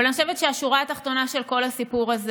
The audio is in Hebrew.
אבל אני חושבת שהשורה התחתונה של כל הסיפור הזה